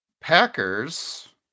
Packers